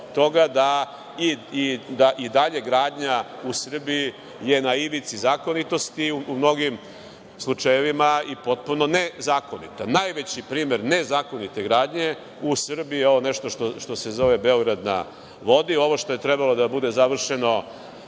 da i dalje gradnja u Srbiji je na ivici zakonitosti, u mnogim slučajevima i potpuno nezakonita. Najveći primer nezakonite gradnje u Srbiji je nešto što se zove „Beograd na vodi“, ovo što je trebalo da bude završeno,